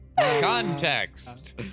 Context